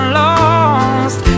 lost